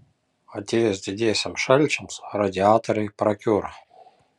atėjus didiesiems šalčiams radiatoriai prakiuro